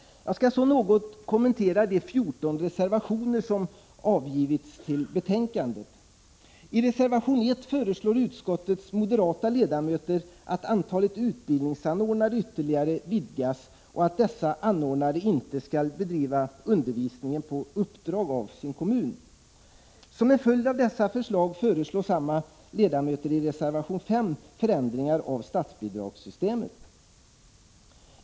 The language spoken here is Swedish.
Jag skall något kommentera de 14 reservationer som avgivits till betänkandet. I reservation 1 föreslår utskottets moderata ledamöter att antalet utbildningsanordnare ytterligare vidgas och att dessa anordnare inte skall bedriva undervisningen på uppdrag av sin kommun. Som en följd av dessa förslag föreslår samma ledamöter i reservation 5 förändringar i statsbidragssystemet.